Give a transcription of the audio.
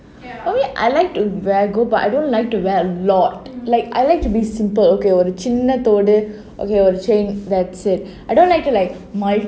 for me I like to wear gold but I don't like to wear a lot like I like to be simple okay ஒரு சின்ன தோடு:oru chinna thodu okay or a chain that's it I don't like like